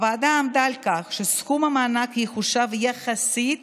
הוועדה עמדה על כך שסכום המענק יחושב יחסית